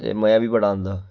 ते मज़ा बी बड़ा आंदा